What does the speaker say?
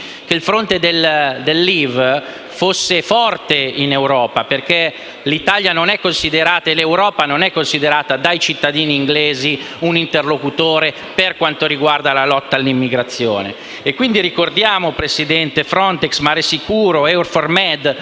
che il fronte del *leave* fosse forte in Europa perché l'Europa non è considerata dai cittadini britannici un interlocutore in materia di lotta all'immigrazione. Ricordiamo, Presidente, Frontex, Mare sicuro, Euformed,